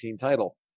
title